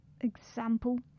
Example